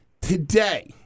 Today